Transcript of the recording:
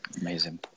amazing